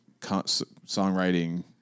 songwriting